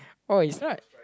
oh he's not